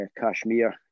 Kashmir